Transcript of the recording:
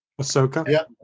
ahsoka